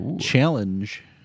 Challenge